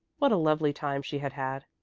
what a lovely time she had had!